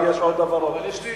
אם יש עוד דבר, אבל יש לי